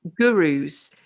gurus